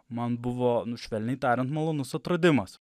man buvo švelniai tariant malonus atradimas